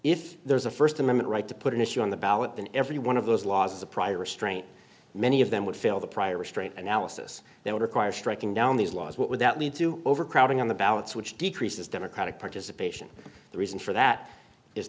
if there's a st amendment right to put an issue on the ballot then every one of those laws a prior restraint many of them would fail the prior restraint analysis that would require striking down these laws what would that lead to overcrowding on the ballots which decreases democratic participation the reason for that is